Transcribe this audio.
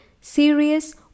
serious